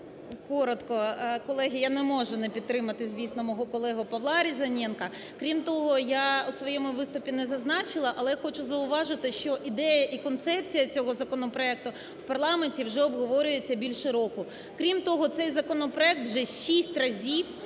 я не можу не підтримати, звісно, мого колегу Павла Різаненка. Крім того, я у своєму виступі не зазначила, але хочу зауважити, що ідея і концепція цього законопроекту в парламенті вже обговорюється більше року. Крім того, цей законопроект вже 6 разів